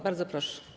Bardzo proszę.